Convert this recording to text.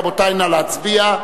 רבותי, נא להצביע.